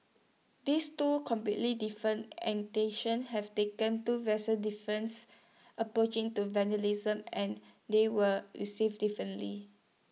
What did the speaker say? these two completely different have taken two vastly different approaches to vigilantism and they were received differently